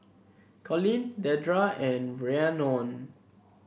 Colin Dedra and Rhiannon